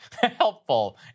Helpful